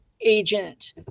agent